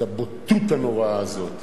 את הבוטות הנוראה הזאת.